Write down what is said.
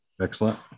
excellent